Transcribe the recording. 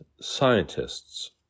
scientists